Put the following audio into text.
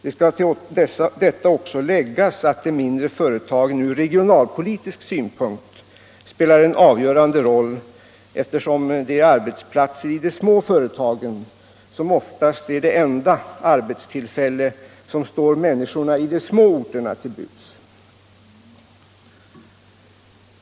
Det skall till detta också läggas att de mindre företagen ur regionalpolitisk synpunkt spelar en avgörande roll, eftersom det är arbetsplatser i de små företagen som oftast är det enda arbetstillfälle som står människorna på de små orterna till buds.